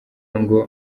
ngo